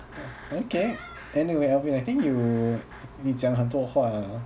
okay anyway alvin I think you 你讲很多话